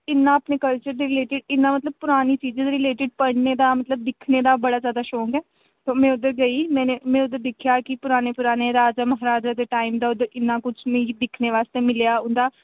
इ'न्ना अपने कल्चर दे रिलेटेड इ'न्ना मतलब पुरानी चीज़ें दे रीलेटेड पढ़ने दा मतलब दिक्खने दा बड़ा ज्यादा शौंक ऐ ते मै उद्धर गेई मैने मैं उद्धर दिक्खेआ कि पराने राजा महाराजा दे टाइम दा उद्धर इ'न्ना कुछ मिगी दिक्खने वास्तै मिलेआ उं'दा